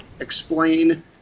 explain